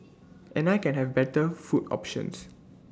and I can have better food options